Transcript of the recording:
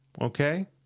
Okay